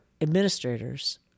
administrators